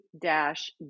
dash